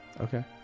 Okay